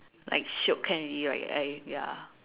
like shiok can already like I ya